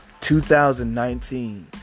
2019